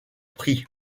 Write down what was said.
pris